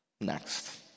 Next